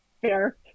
Fair